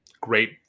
great